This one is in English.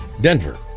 Denver